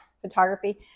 photography